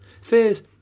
Fears